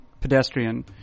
pedestrian